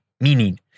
meaning